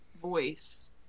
Voice